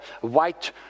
white